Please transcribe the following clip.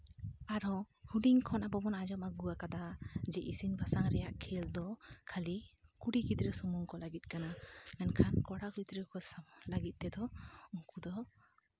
ᱟᱨᱦᱚᱸ ᱦᱩᱰᱤᱧ ᱠᱷᱚᱱ ᱟᱵᱚ ᱵᱚᱱ ᱟᱸᱡᱚᱢ ᱟᱹᱜᱩ ᱟᱠᱟᱫᱟ ᱡᱮ ᱤᱥᱤᱱ ᱵᱟᱥᱟᱝ ᱨᱮᱭᱟᱜ ᱠᱷᱮᱞ ᱫᱚ ᱠᱷᱟᱹᱞᱤ ᱠᱩᱲᱤ ᱜᱤᱫᱽᱨᱟᱹ ᱥᱩᱢᱩᱝ ᱠᱚ ᱞᱟᱹᱜᱤᱫ ᱠᱟᱱᱟ ᱢᱮᱱᱠᱷᱟᱱ ᱠᱚᱲᱟ ᱜᱤᱫᱽᱨᱟᱹ ᱠᱚ ᱥᱩᱢᱩᱝ ᱞᱟᱹᱜᱤᱫ ᱛᱮᱫᱚ ᱩᱱᱠᱩ ᱫᱚ